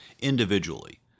individually